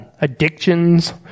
addictions